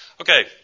Okay